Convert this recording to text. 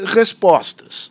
respostas